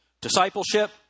discipleship